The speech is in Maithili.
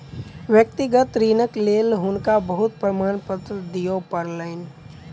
व्यक्तिगत ऋणक लेल हुनका बहुत प्रमाणपत्र दिअ पड़लैन